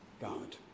God